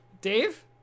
Dave